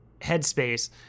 headspace